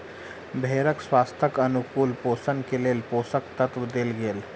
भेड़क स्वास्थ्यक अनुकूल पोषण के लेल पोषक तत्व देल गेल